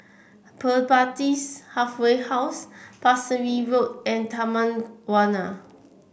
Pertapis Halfway House Pasir Ris Road and Taman Warna